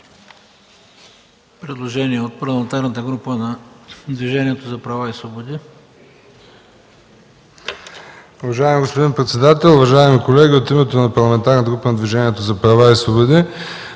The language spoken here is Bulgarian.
Предложение от Парламентарната група на Движението за права и свободи.